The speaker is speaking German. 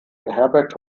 beherbergt